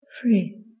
Free